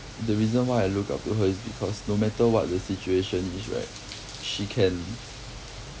the reason why I look up to her is because no matter what the situation is right she can